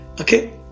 okay